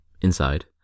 inside